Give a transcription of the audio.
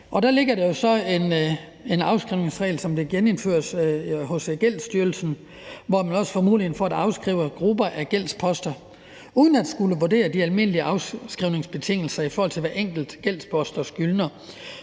der jo så en afskrivningsregel, som bliver genindført hos Gældsstyrelsen, hvor man får mulighed for at afskrive grupper af gældsposter uden at skulle vurdere de almindelige afskrivningsbetingelser for hver enkelt gældspost og skyldner.